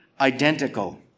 identical